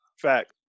Fact